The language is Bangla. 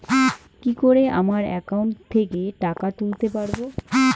কি করে আমার একাউন্ট থেকে টাকা তুলতে পারব?